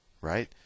right